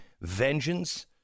vengeance